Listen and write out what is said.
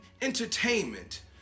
entertainment